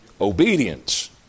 Obedience